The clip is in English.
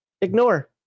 ignore